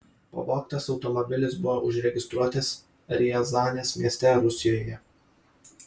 pavogtas automobilis buvo užregistruotas riazanės mieste rusijoje